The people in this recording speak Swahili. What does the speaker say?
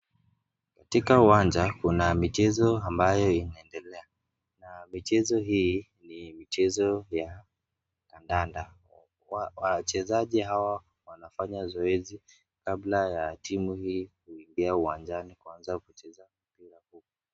Katika uwanja kuna michezo ambayo inaendelea. Michezo hii ni michezo ya kandanda. Wachezaji hawa wanafanya zoezi kabla ya timu hii kuingia uwanjani kuanza kucheza.